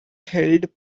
held